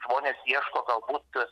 žmonės ieško galbūt